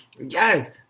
yes